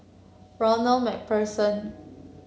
Ronald MacPherson